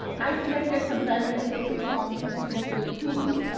i selected some primary sources on few selected teams,